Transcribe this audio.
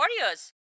warriors